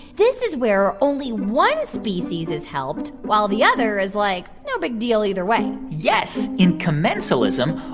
this is where only one species is held, while the other is like, no big deal either way yes. in commensalism,